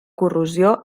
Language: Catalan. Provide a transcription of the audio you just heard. corrosió